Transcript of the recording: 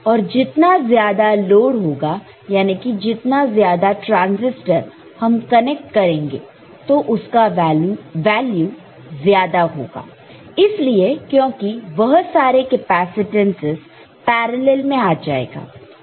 और जितना ज्यादा लोड होगा यानी कि जितना ज्यादा ट्रांजिस्टर हम कनेक्ट करेंगे तो उसका वैल्यू ज्यादा होगा इसलिए क्योंकि यह सारे कैपेसिटेंसस पैरॅलल् में आ जाएगा